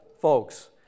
folks